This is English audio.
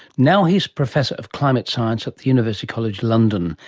now he is professor of climate science at the university college london,